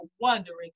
wondering